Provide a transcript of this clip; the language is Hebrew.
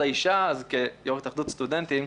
האישה ואני בתפקיד יושב-ראש אגודת הסטודנטים.